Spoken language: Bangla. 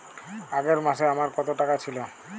আগের মাসে আমার কত টাকা ছিল?